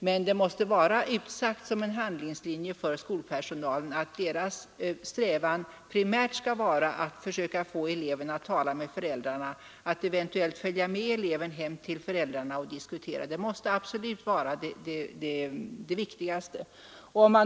Men det måste som en handlingslinje för skolpersonalen anges att deras strävan primärt skall vara att försöka få eleven i fråga att tala med föräldrarna, att eventuellt följa med eleven hem till föräldrarna och diskutera saken. Det måste absolut vara det viktigaste.